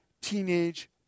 teenage